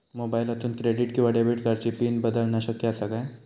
मोबाईलातसून क्रेडिट किवा डेबिट कार्डची पिन बदलना शक्य आसा काय?